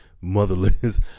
motherless